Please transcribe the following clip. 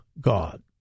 God